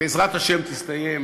בעזרת השם תסתיים